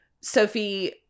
Sophie